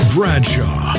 Bradshaw